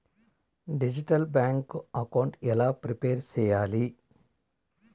Digital bank account ఎలా prepare సెయ్యాలి?